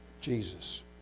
Jesus